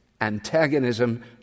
antagonism